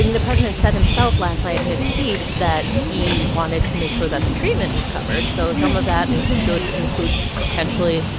the president said himself last night in his speech that he wanted to make sure that the treatment was covered, so some of that should include, potentially,